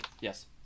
Yes